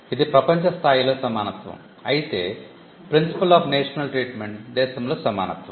ఇది ప్రపంచ స్థాయిలో సమానత్వం అయితే principle of national treatment దేశంలో సమానత్వం